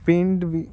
ਪਿੰਡ ਵਿ